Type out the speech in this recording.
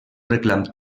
reclam